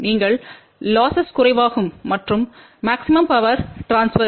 நீங்கள் லொஸ் குறைவாகும் மற்றும் மாக்ஸிமும் பவர் இடமாற்றம் max